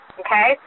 okay